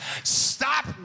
Stop